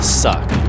suck